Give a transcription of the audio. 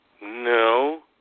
No